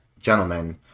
gentlemen